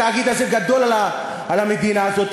התאגיד הזה גדול על המדינה הזאת,